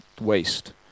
waste